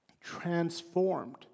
transformed